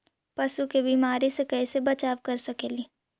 पशु के बीमारी से कैसे बचाब कर सेकेली?